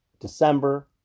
December